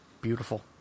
Beautiful